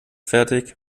fertig